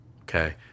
Okay